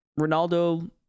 ronaldo